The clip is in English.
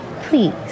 Please